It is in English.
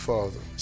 Father